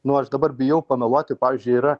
nors dabar bijau pameluoti pavyzdžiui yra